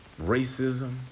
racism